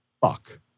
fuck